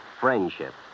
friendship